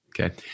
Okay